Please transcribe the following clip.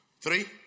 Three